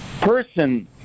person